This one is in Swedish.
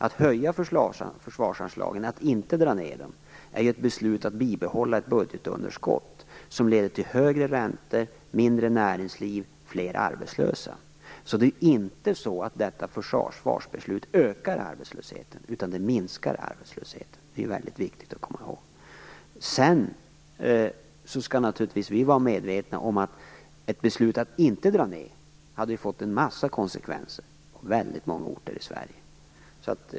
Att höja försvarsanslagen, att inte dra ned dem, är ju ett beslut om att bibehålla ett budgetunderskott som leder till högre räntor, mindre näringsliv och fler arbetslösa. Det är alltså inte på det sättet att detta försvarsbeslut ökar arbetslösheten, utan det minskar arbetslösheten. Det är mycket viktigt att komma ihåg. Sedan skall vi naturligtvis vara medvetna om att ett beslut om att inte dra ned hade ju fått en mängd konsekvenser på väldigt många orter i Sverige.